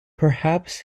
perhaps